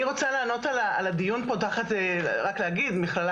אני רוצה לענות על הדיון פה ורק להגיד שאני תחת המכללה